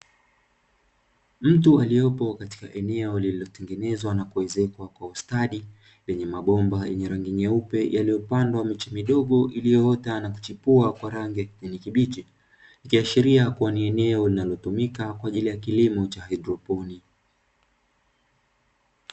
Mtu aliyepo katika eneo lililotengenezwa na kuezekwa kwa ustadi lenye mabomba yenye rangi nyeupe yaliyopandwa miche midogo iliyoota na kuchipua kwa rangi ya kijani kibichi, ikiashiria kuwa ni eneo linalotumika kwa ajili ya kilimo cha haidroponi.